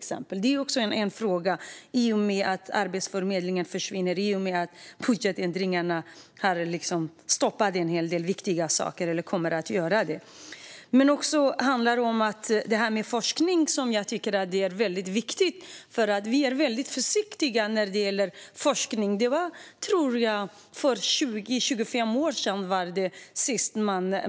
Detta är också en fråga i och med att Arbetsförmedlingen försvinner och budgetändringarna stoppar en hel del viktiga saker eller kommer att göra det. Det handlar också om forskning, som jag tycker är viktigt. Vi är väldigt försiktiga när det gäller forskning. Jag tror att det var 20-25 år sedan